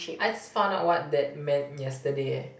I just found out what that meant yesterday eh